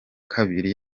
kabiri